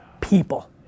people